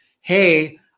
hey